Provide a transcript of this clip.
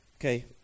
Okay